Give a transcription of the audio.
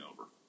over